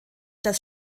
das